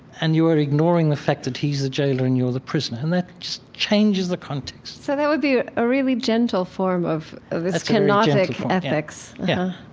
and you are ignoring the fact that he's the jailor and you're the prisoner. and that just changes the context so that would be a really gentle form of this kenotic ethics that's